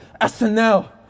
SNL